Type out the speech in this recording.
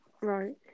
Right